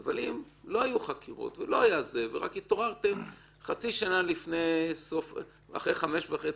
אבל אם לא היו חקירות והתעוררתם חצי שנה אחרי חמש שנים וחצי,